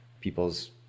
people's